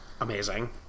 Amazing